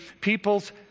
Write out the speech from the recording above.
people's